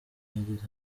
yagize